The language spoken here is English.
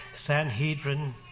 Sanhedrin